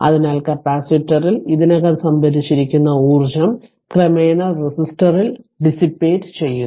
അതിനാൽ കപ്പാസിറ്ററിൽ ഇതിനകം സംഭരിച്ചിരിക്കുന്ന ഊർജ്ജം ക്രമേണ റെസിസ്റ്ററിൽ ടിസ്സിപ്പെറ്റ് ചെയ്യുന്നു